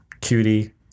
Cutie